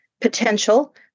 potential